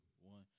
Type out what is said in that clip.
one